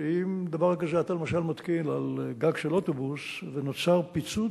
שאם דבר כזה אתה למשל מתקין על גג של אוטובוס ונוצר פיצוץ,